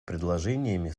предложениями